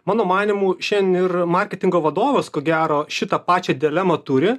mano manymu šiandien ir marketingo vadovas ko gero šitą pačią dilemą turi